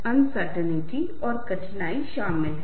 अच्छी तरह से अन्य उपकरणों अन्य आवाजें साथ चल रहे हैं